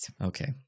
Okay